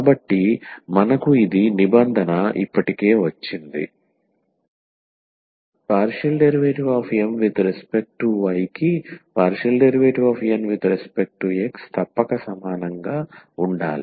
కాబట్టి మనకు ఇది నిబంధన ఇప్పటికే వచ్చింది ∂M∂y కి ∂N∂x తప్పక సమానంగా ఉండాలి